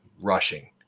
rushing